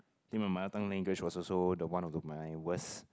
think my mother tongue language was also the one of the my worst